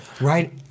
Right